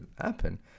happen